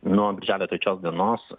nuo birželio trečios dienos